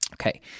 Okay